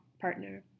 partner